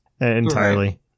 entirely